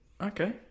okay